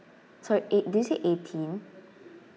sorry eight~ did you say eighteen